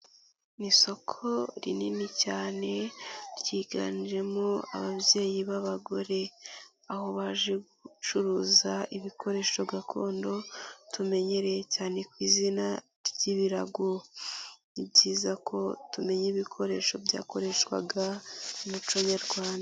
Ni isoko rinini cyane ryiganjemo ababyeyi b'abagore aho baje gucuruza ibikoresho gakondo tumenyereye cyane ku izina ry'ibirago, ni byiza ko tumenye ibikoresho byakoreshwaga mu muco nyarwanda.